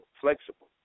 flexible